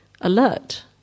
alert